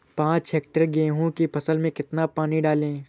पाँच हेक्टेयर गेहूँ की फसल में कितना पानी डालें?